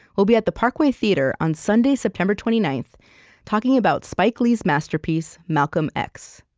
we'll be at the parkway theater on sunday, september twenty ninth talking about spike lee's masterpiece, malcolm x.